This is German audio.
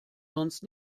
sonst